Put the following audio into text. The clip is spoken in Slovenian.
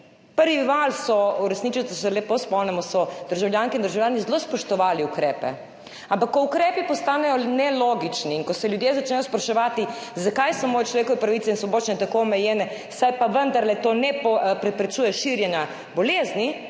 prvem valu so v resnici, se lepo spomnimo, državljanke in državljani zelo spoštovali ukrepe. Ampak ko ukrepi postanejo nelogični in ko se ljudje začnejo spraševati, zakaj so moje človekove pravice in svoboščine tako omejene, saj pa vendarle to ne preprečuje širjenja bolezni,